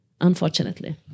unfortunately